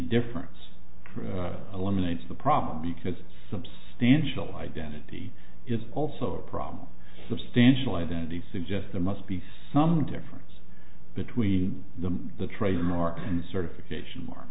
difference eliminates the problem because substantial identity is also a problem substantial identity suggests there must be some difference between the the trademark certification